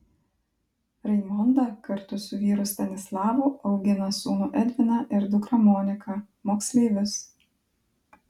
raimonda kartu su vyru stanislavu augina sūnų edviną ir dukrą moniką moksleivius